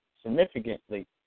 significantly